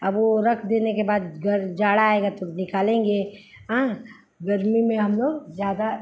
अब वह रख देने के बाद जब जाड़ा आएगा तो निकालेंगे गर्मी में हमलोग ज़्यादा